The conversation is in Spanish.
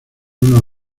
unos